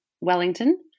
Wellington